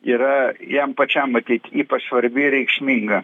yra jam pačiam matyt ypač svarbi ir reikšminga